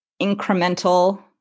incremental